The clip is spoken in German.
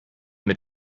mit